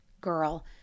girl